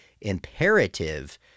imperative